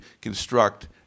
construct